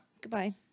Goodbye